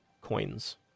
coins